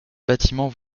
bâtiment